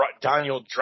Daniel